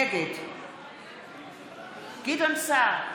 נגד גדעון סער,